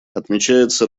отмечается